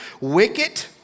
wicked